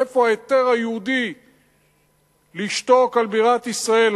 מאיפה ההיתר היהודי לשתוק על בירת ישראל,